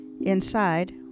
Inside